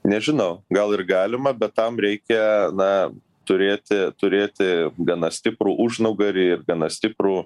nežinau gal ir galima bet tam reikia na turėti turėti gana stiprų užnugarį ir gana stiprų